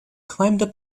climbed